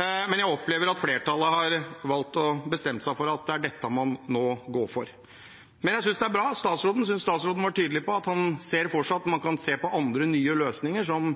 men jeg opplever at flertallet har valgt og har bestemt seg for at det er dette man nå går for. Men jeg synes det er bra. Jeg synes statsråden var tydelig på at han ser for seg at man kan se på andre nye løsninger, som